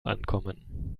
ankommen